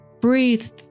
Breathe